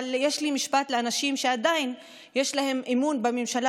אבל יש לי משפט לאנשים שעדיין יש להם אמון בממשלה